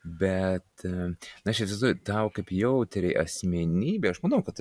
bet na aš įsivaizduoju tau kaip jautriai asmenybei aš manau kad